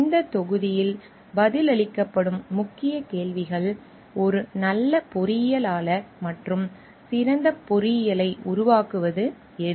இந்த தொகுதியில் பதிலளிக்கப்படும் முக்கிய கேள்விகள் ஒரு நல்ல பொறியியலாளர் மற்றும் சிறந்த பொறியியலை உருவாக்குவது எது